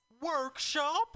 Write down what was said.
Workshop